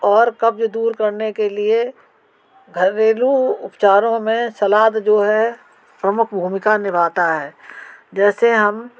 और कब्ज़ दूर करने के लिए घरेलू उपचारों में सलाद जो है प्रमुख भूमिका निभाती है जैसे हम